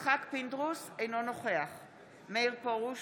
יצחק פינדרוס, אינו נוכח מאיר פרוש,